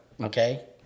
okay